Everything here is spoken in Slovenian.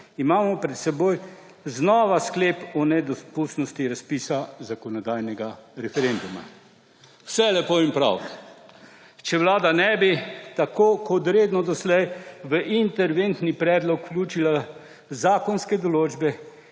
imamo pred seboj znova sklep o nedopustnosti razpisa zakonodajnega referenduma. Vse lepo in prav. Če vlada ne bi, tako kot jih je redno doslej, v interventni predlog vključila zakonskih določb,